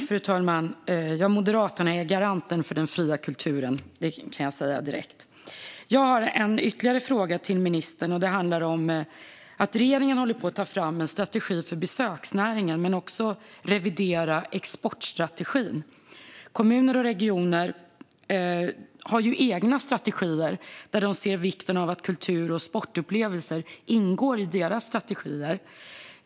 Fru talman! Moderaterna är garanten för den fria kulturen. Det kan jag säga direkt. Jag har ytterligare en fråga till ministern. Regeringen håller på att ta fram en strategi för besöksnäringen och reviderar exportstrategin. Kommuner och regioner har egna strategier och ser vikten av att kultur och sportupplevelser ingår i dem.